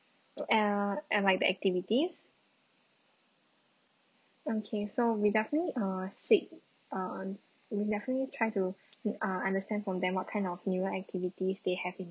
or el~ and like the activities okay so we definitely uh said uh we definitely try to uh understand from them what kind of newer activities they have in